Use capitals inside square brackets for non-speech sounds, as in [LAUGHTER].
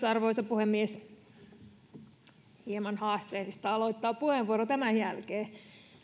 [UNINTELLIGIBLE] arvoisa puhemies hieman haasteellista aloittaa puheenvuoro tämän jälkeen